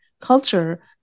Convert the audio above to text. culture